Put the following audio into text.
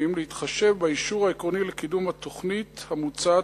להתחשב באישור העקרוני לקידום התוכנית המוצעת,